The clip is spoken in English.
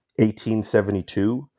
1872